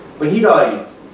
when he dies,